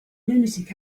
lunatic